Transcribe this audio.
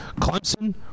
Clemson